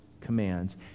commands